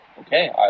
Okay